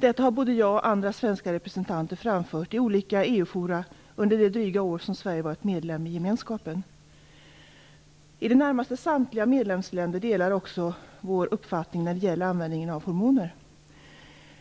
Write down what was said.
Detta har både jag och andra svenska representanter framfört i olika EU-forum under det dryga år som Sverige varit medlem i gemenskapen. I det närmaste samtliga medlemsländer delar också vår uppfattning när det gäller användningen av hormoner.